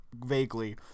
vaguely